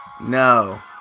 No